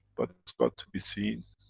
but, it's got to be seen,